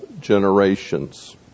generations